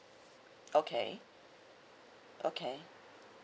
okay okay